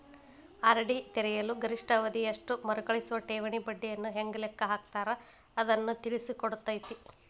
RD ತೆರೆಯಲು ಗರಿಷ್ಠ ಅವಧಿ ಎಷ್ಟು ಮರುಕಳಿಸುವ ಠೇವಣಿ ಬಡ್ಡಿಯನ್ನ ಹೆಂಗ ಲೆಕ್ಕ ಹಾಕ್ತಾರ ಅನ್ನುದನ್ನ ತಿಳಿಸಿಕೊಡ್ತತಿ